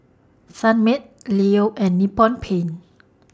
Sunmaid Leo and Nippon Paint